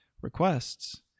requests